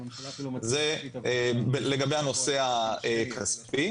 זה לגבי הנושא הכספי.